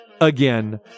again